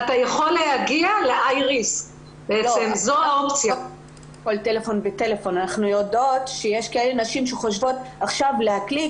כדי שתגיעי ל-"I RISK". יש נשים שחושבות שלהקליק